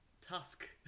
Tusk